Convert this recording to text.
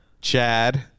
Chad